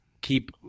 keep